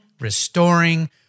restoring